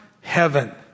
heaven